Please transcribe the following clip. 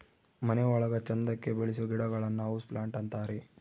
ಮನೆ ಒಳಗ ಚಂದಕ್ಕೆ ಬೆಳಿಸೋ ಗಿಡಗಳನ್ನ ಹೌಸ್ ಪ್ಲಾಂಟ್ ಅಂತಾರೆ